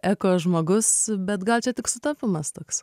eko žmogus bet gal čia tik sutapimas toks